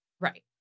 Right